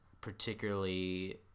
particularly